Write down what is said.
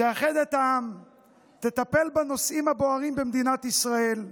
תאחד את העם ותטפל בנושאים הבוערים במדינת ישראל.